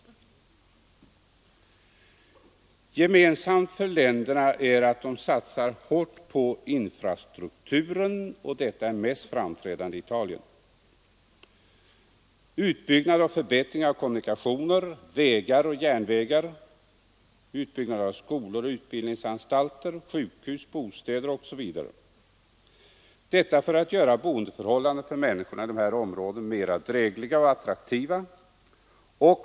Gemensamt för länderna är att de satsar hårt på infrastrukturen, och detta är mest framträdande i Italien. Det innebär utbyggnad och förbättring av kommunikationer, vägar och järnvägar, utbyggnad av skolor och utbildningsanstalter, sjukhus, bostäder osv. Detta gör man för att boendeförhållandena för människorna i dessa områden skall bli mera drägliga och attraktiva.